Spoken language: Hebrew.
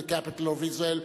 the Capital of Israel.